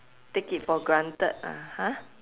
take it for granted ah !huh!